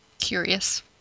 curious